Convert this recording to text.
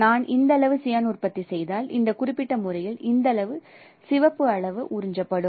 நான் இந்த அளவு சியான் உற்பத்தி செய்தால் இந்த குறிப்பிட்ட முறையில் இந்த அளவு சிவப்பு அளவு உறிஞ்சப்படும்